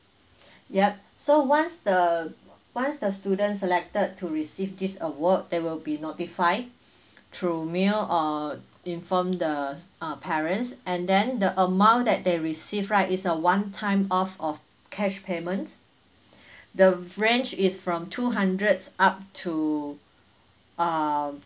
yup so once the once the student selected to receive this award there will be notified through mail or inform the uh parents and then the amount that they receive right is a one time off of cash payment the range is from two hundreds up to uh